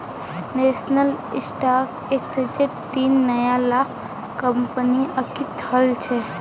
national Stock एक्सचेंजट तीन नया ला कंपनि अंकित हल छ